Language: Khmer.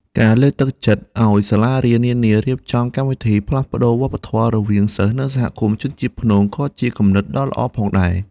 ការលើកទឹកចិត្តឱ្យសាលារៀននានារៀបចំកម្មវិធីផ្លាស់ប្តូរវប្បធម៌រវាងសិស្សនិងសហគមន៍ជនជាតិព្នងក៏ជាគំនិតដ៏ល្អផងដែរ។